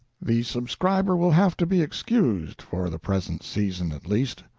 the subscriber will have to be excused, for the present season, at least.